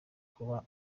kuba